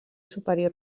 superior